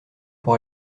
pour